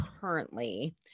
currently